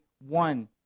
one